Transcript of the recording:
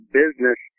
business